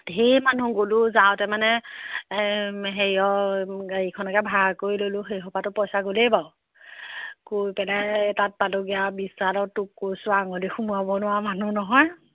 ঢেৰ মানুহ গ'লোঁ যাওঁতে মানে হেৰিয়ৰ গাড়ীখনকে ভাড়া কৰি ল'লোঁ সেইসোপাতো পইচা গ'লেই বাৰু গৈ পেলাই তাত পালোঁগৈ আৰু বিশালত তোক কৈছোঁ আৰু আঙুলি সোমোৱাব নোৱাৰা মানুহ নহয়